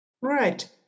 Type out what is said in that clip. Right